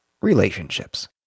relationships